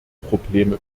probleme